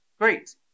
Great